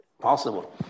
possible